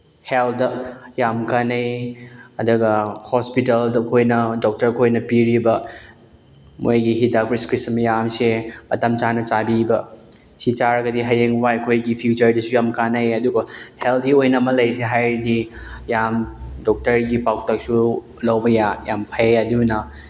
ꯍꯦꯜꯠꯗ ꯌꯥꯝ ꯀꯥꯅꯩ ꯑꯗꯨꯒ ꯍꯣꯁꯄꯤꯇꯥꯜꯗ ꯑꯩꯈꯣꯏꯅ ꯗꯣꯛꯇꯔꯈꯣꯏꯅ ꯄꯤꯔꯤꯕ ꯃꯣꯏꯒꯤ ꯍꯤꯗꯥꯛ ꯄ꯭ꯔꯦꯁꯀ꯭ꯔꯤꯞꯁꯟ ꯃꯌꯥꯝꯁꯦ ꯃꯇꯝ ꯆꯥꯅ ꯆꯥꯕꯤꯕ ꯁꯤ ꯆꯥꯔꯒꯗꯤ ꯍꯌꯦꯡꯋꯥꯏ ꯑꯩꯈꯣꯏꯒꯤ ꯐ꯭ꯌꯨꯆꯔꯗꯁꯨ ꯌꯥꯝ ꯀꯥꯅꯩ ꯑꯗꯨꯒ ꯍꯦꯜꯗꯤ ꯑꯣꯏꯅ ꯑꯃ ꯂꯩꯁꯦ ꯍꯥꯏꯔꯗꯤ ꯌꯥꯝ ꯗꯣꯛꯇꯔꯒꯤ ꯄꯧꯇꯥꯛꯁꯨ ꯂꯧꯕ ꯌꯥꯝ ꯐꯩ ꯑꯗꯨꯅ